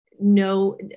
No